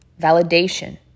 validation